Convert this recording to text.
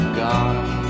gone